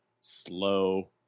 slow